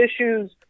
issues